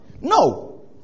No